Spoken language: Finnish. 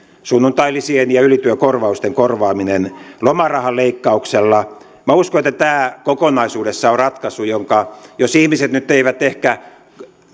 sunnuntailisien ja ylityökorvausten korvaaminen lomarahan leikkauksella kokonaisuudessaan on ratkaisu jonka ihmiset jos eivät nyt ehkä